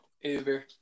Uber